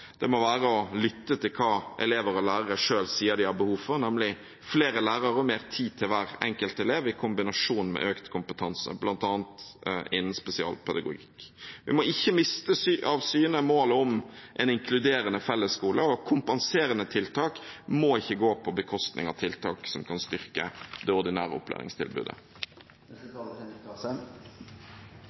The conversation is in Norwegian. det må være å lytte til hva elever og lærere selv sier de har behov for, nemlig flere lærere og mer tid til hver enkelt elev, i kombinasjon med økt kompetanse, bl.a. innen spesialpedagogikk. Vi må ikke miste av syne målet om en inkluderende fellesskole, og kompenserende tiltak må ikke gå på bekostning av tiltak som kan styrke det ordinære